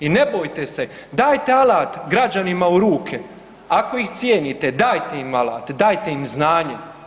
I ne bojte se, dajte alat građanima u ruke, ako ih cijenite dajte im alat, dajte im znanje.